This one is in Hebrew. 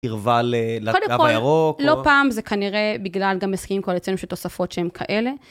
קרבה לקו ירוק? קודם כל, לא פעם, זה כנראה בגלל גם הסכמים קואליציונים שתוספות שהם כאלה.